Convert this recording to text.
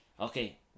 Okay